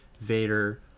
Vader